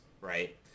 right